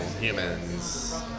humans